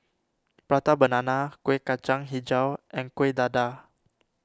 Prata Banana Kueh Kacang HiJau and Kuih Dadar